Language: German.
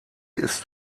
ist